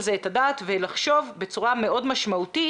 זה את הדעת ולחשוב בצורה מאוד משמעותית